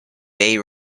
bay